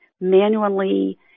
manually